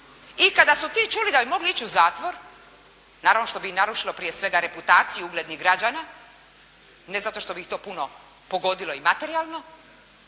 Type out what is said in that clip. i kada su ti čuli da bi mogli ići u zatvor, naravno što bi i narušilo prije svega reputaciju uglednih građana, ne zato što bi ih to puno pogodilo i materijalno,